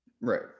Right